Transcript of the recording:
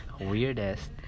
weirdest